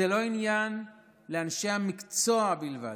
זה לא עניין לאנשי המקצוע בלבד,